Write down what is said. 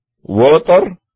water